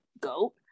GOAT